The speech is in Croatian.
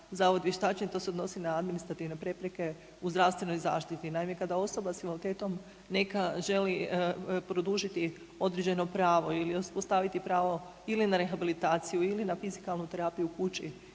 zavod vještačenja to se odnosi na administrativne prepreke u zdravstvenoj zaštiti. Naime, kada osoba s invaliditetom neka želi produžiti određeno pravo ili uspostaviti pravo ili na rehabilitaciju ili na fizikalnu terapiju u kući